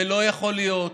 ולא יכול להיות